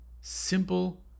simple